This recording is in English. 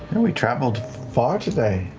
and we traveled far today.